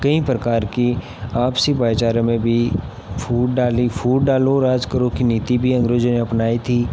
कई प्रकार की आपसी भाई चारे में भी फूट डाली फूट डालो राज करो की नीति भी अंग्रेजों ने अपनाई थी